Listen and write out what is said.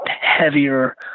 heavier